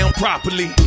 properly